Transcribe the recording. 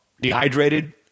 dehydrated